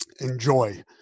enjoy